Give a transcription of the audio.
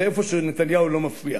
זה מקום שנתניהו לא מפריע.